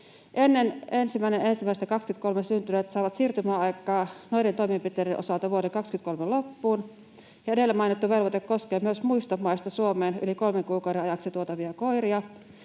Ennen 1.1.23 syntyneet saavat siirtymäaikaa noiden toimenpiteiden osalta vuoden 23 loppuun, ja edellä mainittu velvoite koskee myös muista maista Suomeen yli kolmen kuukauden ajaksi tuotavia koiria.